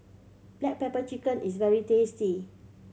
black pepper chicken is very tasty